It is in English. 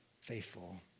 faithful